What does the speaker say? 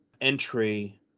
entry